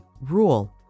rule